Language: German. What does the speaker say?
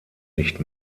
nicht